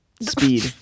Speed